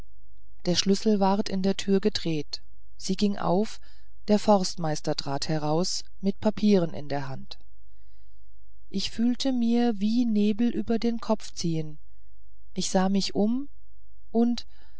der schlüssel ward in der tür gedreht sie ging auf der forstmeister trat heraus mit papieren in der hand ich fühlte mir wie nebel über den kopf ziehn ich sah mich um und